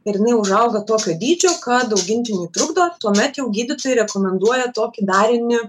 ir jinai užauga tokio dydžio kad augintiniui trukdo tuomet jau gydytojai rekomenduoja tokį darinį